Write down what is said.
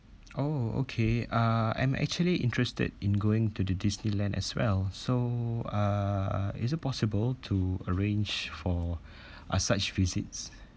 oh okay uh I'm actually interested in going to the disneyland as well so uh is it possible to arrange for uh such visits